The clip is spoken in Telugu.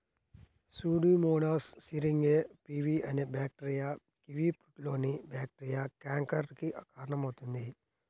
సూడోమోనాస్ సిరింగే పివి అనే బ్యాక్టీరియా కివీఫ్రూట్లోని బ్యాక్టీరియా క్యాంకర్ కి కారణమవుతుంది